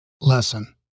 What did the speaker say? lesson